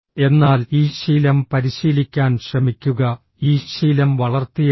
എന്നാൽ ഈ ശീലം പരിശീലിക്കാൻ ശ്രമിക്കുക ഈ ശീലം വളർത്തിയെടുക്കുക